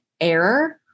error